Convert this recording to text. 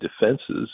defenses